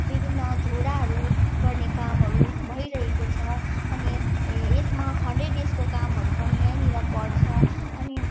विभिन्न झोडाहरू गर्ने कामहरू भइरहेको छ अनि यसमा हन्ड्रेड डेजको कामहरू पनि यहीँनिर पर्छ अनि